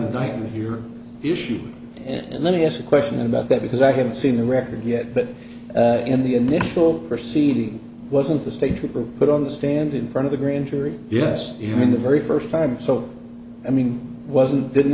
nightmare here issue and let me ask a question about that because i haven't seen the record yet but in the initial proceeding wasn't the state trooper put on the stand in front of the grand jury yes even the very first time so i mean wasn't didn't